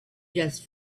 just